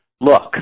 look